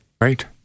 Right